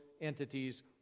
entities